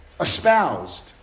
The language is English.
Espoused